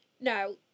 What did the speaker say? no